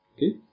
Okay